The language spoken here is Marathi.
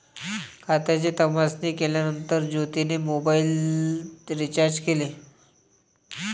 खात्याची तपासणी केल्यानंतर ज्योतीने मोबाइल रीचार्ज केले